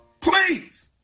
please